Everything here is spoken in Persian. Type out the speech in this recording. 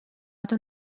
تون